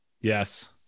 Yes